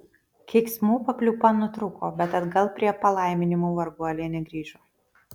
keiksmų papliūpa nutrūko bet atgal prie palaiminimų varguolė negrįžo